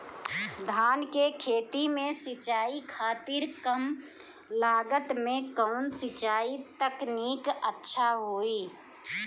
धान के खेती में सिंचाई खातिर कम लागत में कउन सिंचाई तकनीक अच्छा होई?